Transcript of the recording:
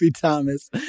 Thomas